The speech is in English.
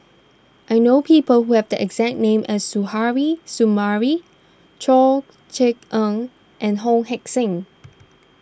I know people who have the exact name as Suzairhe Sumari Chor Yeok Eng and Wong Heck Sing